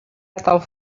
aviat